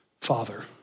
father